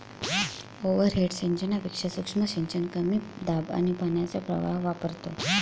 overhead सिंचनापेक्षा सूक्ष्म सिंचन कमी दाब आणि पाण्याचा प्रवाह वापरतो